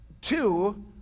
Two